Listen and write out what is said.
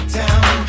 down